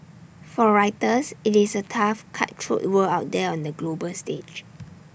for writers IT is A tough cutthroat world out there on the global stage